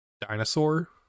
dinosaur